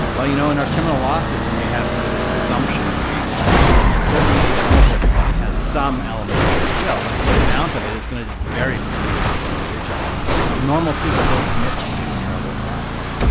well you know in our criminal law system we have this sort of presumption of free will and certainly almost everybody has some element of free will, but the amount of it is going to vary from individual to individual. you know normal people don't commit some of these terrible crimes,